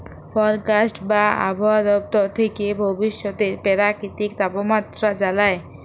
forecast বা আবহাওয়া দপ্তর থ্যাকে ভবিষ্যতের পেরাকিতিক তাপমাত্রা জালায়